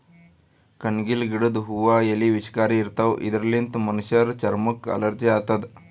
ಕಣಗಿಲ್ ಗಿಡದ್ ಹೂವಾ ಎಲಿ ವಿಷಕಾರಿ ಇರ್ತವ್ ಇದರ್ಲಿನ್ತ್ ಮನಶ್ಶರ್ ಚರಮಕ್ಕ್ ಅಲರ್ಜಿ ಆತದ್